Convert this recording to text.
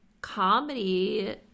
comedy